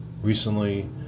recently